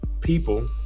people